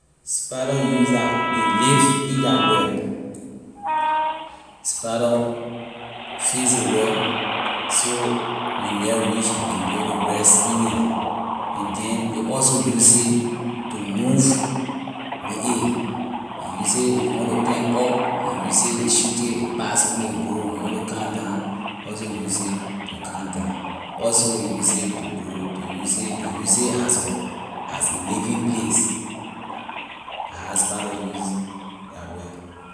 Spider use la ley live in their web spider fix a web so when night reach a can be able to rest in it and then a also use a to move with a, a use a if a want to climb up a use it ley shot it a pass on it a go when a want to come down also use it to come down also use it to go to use it a use it as a as a living place. la how spider use their web.